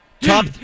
Top